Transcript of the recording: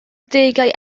degau